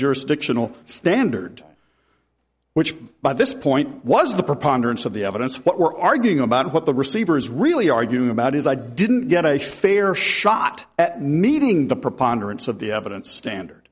jurisdictional standard which by this point was the preponderance of the evidence what we're arguing about what the receiver is really arguing about is i didn't get a fair shot at meeting the preponderance of the evidence standard